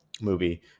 movie